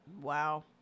wow